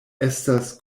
estas